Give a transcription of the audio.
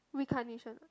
reincarnation ah